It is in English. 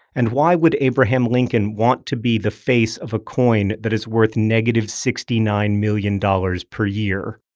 and why would abraham lincoln want to be the face of a coin that is worth negative sixty-nine million dollars per year?